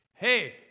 Hey